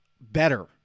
better